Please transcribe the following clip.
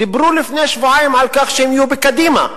דיברנו לפני שבועיים על כך שהם יהיו בקדימה.